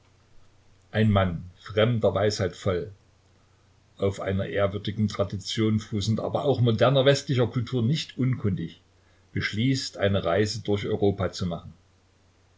ein mann fremder weisheit voll auf einer ehrwürdigen tradition fußend aber auch moderner westlicher kultur nicht unkundig beschließt eine reise durch europa zu machen